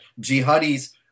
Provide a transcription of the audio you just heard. jihadis